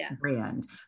brand